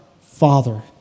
Father